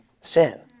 sin